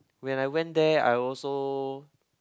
when I went there I also